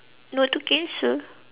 no to cancer